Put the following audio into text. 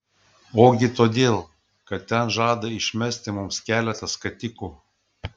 ogi todėl kad ten žada išmesti mums keletą skatikų